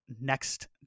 next